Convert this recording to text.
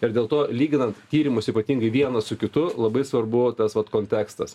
ir dėl to lyginant tyrimus ypatingai vienas su kitu labai svarbu tas vat kontekstas